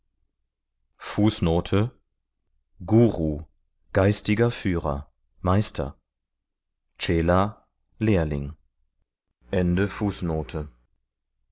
guru den chelaguru geistiger führer meister chela lehrling